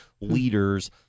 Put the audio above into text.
leaders